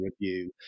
review